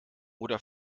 oder